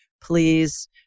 please